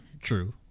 True